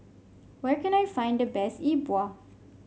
where can I find the best Yi Bua